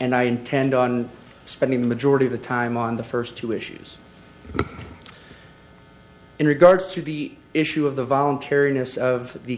and i intend on spending the majority of the time on the first two issues in regards to the issue of the voluntariness of the